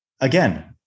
again